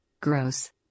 Gross